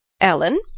Ellen